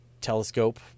Telescope